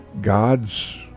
God's